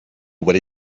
what